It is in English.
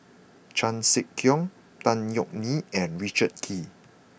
Chan Sek Keong Tan Yeok Nee and Richard Kee